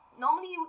normally